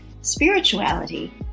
spirituality